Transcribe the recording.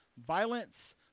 Violence